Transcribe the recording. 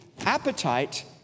appetite